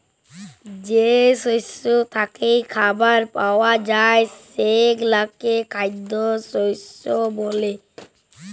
যে শস্য থ্যাইকে খাবার পাউয়া যায় সেগলাকে খাইদ্য শস্য ব্যলে